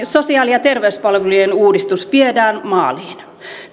sosiaali ja terveyspalvelujen uudistus viedään maaliin